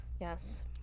yes